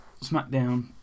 Smackdown